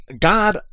God